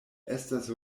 estas